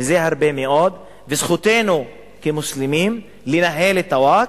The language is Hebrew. וזה הרבה מאוד, וזכותנו כמוסלמים לנהל את הווקף,